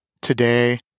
today